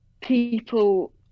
people